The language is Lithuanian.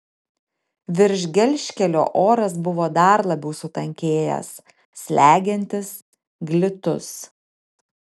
virš gelžkelio oras buvo dar labiau sutankėjęs slegiantis glitus